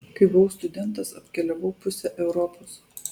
kai buvau studentas apkeliavau pusę europos